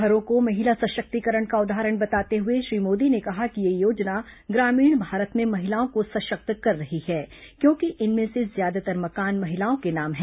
घरों को महिला सशक्तीकरण का उदाहरण बताते हुए श्री मोदी ने कहा कि यह योजना ग्रामीण भारत में महिलाओं को सशक्त कर रही है क्योंकि इनमें से ज्यादातर मकान महिलाओं के नाम हैं